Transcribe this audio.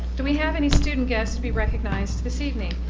do we have any student guests to be recognized this evening?